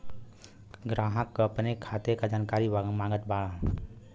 ग्राहक अपने खाते का जानकारी मागत बाणन?